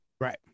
right